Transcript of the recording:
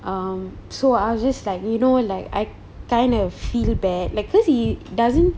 um so I was just like you know like I kind of feel bad like cause he doesn't